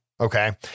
Okay